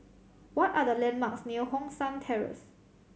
what are the landmarks near Hong San Terrace